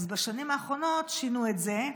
אז בשנים האחרונות שינו את זה,